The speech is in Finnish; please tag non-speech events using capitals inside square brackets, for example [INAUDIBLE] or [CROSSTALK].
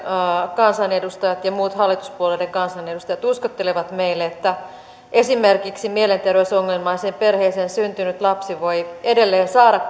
kansanedustajat ja muut hallituspuolueiden kansanedustajat uskottelevat meille että esimerkiksi mielenterveysongelmaiseen perheeseen syntynyt lapsi voi edelleen saada [UNINTELLIGIBLE]